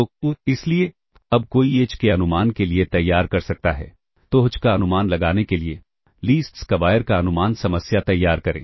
तो इसलिए अब कोई h के अनुमान के लिए तैयार कर सकता है तो H का अनुमान लगाने के लिए लीस्ट स्क्वायर का अनुमान समस्या तैयार करें